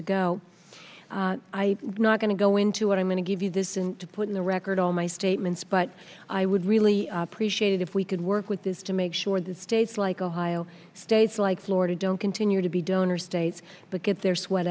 ago i not going to go into what i'm going to give you this and to put in the record all my statements but i would really appreciate it if we could work with this to make sure that states like ohio states like florida don't continue to be donor states but get their sweat